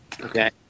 Okay